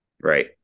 right